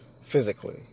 physically